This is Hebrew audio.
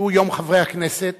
שהוא יום חברי הכנסת,